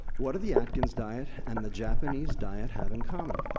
what do the atkins diet and the japanese diet have in common?